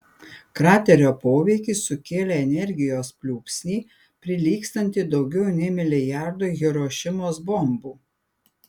kraterio poveikis sukėlė energijos pliūpsnį prilygstantį daugiau nei milijardui hirošimos bombų